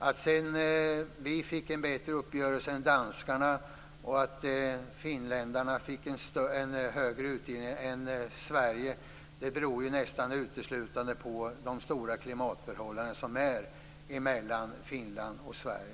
Att vi fick en bättre uppgörelse än danskarna och att finländerna fick en högre utdelning än svenskarna beror nästan uteslutande på stora skillnader i de klimatförhållanden som råder i Finland och Sverige.